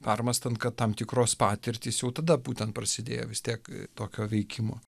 permąstant kad tam tikros patirtys jau tada būtent prasidėjo vis tiek tokio veikimo